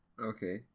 Okay